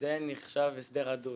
זה נחשב הסדר ---.